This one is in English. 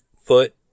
foot